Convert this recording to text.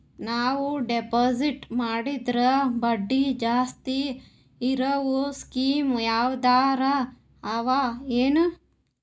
ನಾವು ಡೆಪಾಜಿಟ್ ಮಾಡಿದರ ಬಡ್ಡಿ ಜಾಸ್ತಿ ಇರವು ಸ್ಕೀಮ ಯಾವಾರ ಅವ ಏನ?